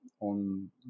on